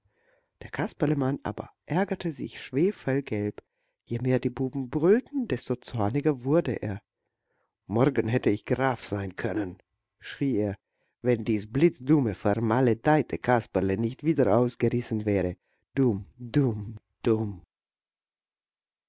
der kasperlemann aber ärgerte sich schwefelgelb je mehr die buben brüllten desto zorniger wurde er morgen hätte ich graf sein können schrie er wenn dies blitzdumme vermaledeite kasperle nicht wieder ausgerissen wäre dumm dumm dumm